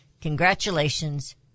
Congratulations